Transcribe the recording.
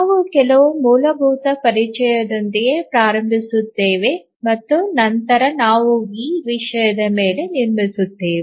ನಾವು ಕೆಲವು ಮೂಲಭೂತ ಪರಿಚಯದೊಂದಿಗೆ ಪ್ರಾರಂಭಿಸುತ್ತೇವೆ ಮತ್ತು ನಂತರ ನಾವು ಈ ವಿಷಯದ ಮೇಲೆ ನಿರ್ಮಿಸುತ್ತೇವೆ